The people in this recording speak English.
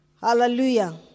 Hallelujah